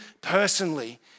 personally